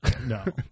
No